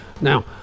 now